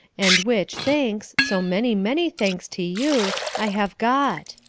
and which, thanks, so many, many thanks to you, i have got,